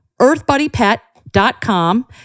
earthbuddypet.com